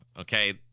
okay